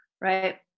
right